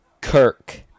Kirk